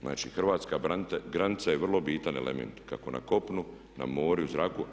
Znači, hrvatska granica je vrlo bitan element kako na kopnu, na moru i u zraku.